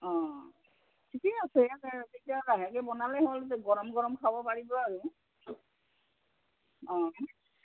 অঁ ঠিকে আছে তেতিয়া লাহেকে বনালেই হ'ল যে গৰম গৰম খাব পাৰিব আৰু অঁ